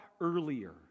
earlier